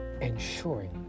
ensuring